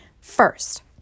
First